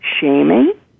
shaming